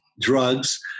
drugs